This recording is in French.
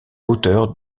l’auteur